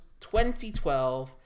2012